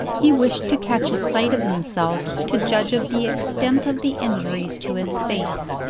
he wished to catch a sight of himself to judge of the extent of the injuries to his face,